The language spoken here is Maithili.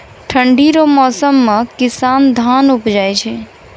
ठंढी रो मौसम मे किसान धान उपजाय छै